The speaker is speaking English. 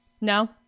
No